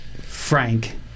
Frank